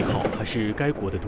she would have